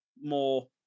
More